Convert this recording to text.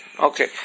Okay